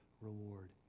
reward